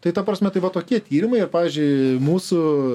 tai ta prasme tai va tokie tyrimai ir pavyzdžiui mūsų